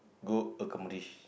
go accomplish